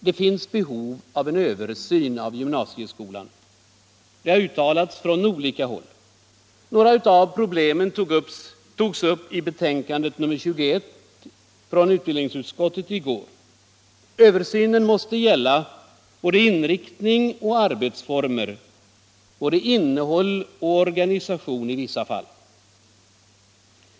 Det finns behov av en översyn av gymnasieskolan. Det har uttalats från olika håll. Några av problemen har tagits upp i det i går behandlade betänkandet nr 21 från utbildningsutskottet. Översynen måste gälla både inriktning och arbetsformer i gymnasieskolan liksom innehåll och i vissa fall organisatoriska former.